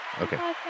Okay